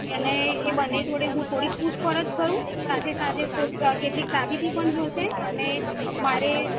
અને એ બંને જોડે હું થોડીક પૂછપરછ કરું સાથે સાથે ખો કેટલીક સાબિતી પણ જોઇશે અને મારે